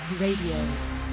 Radio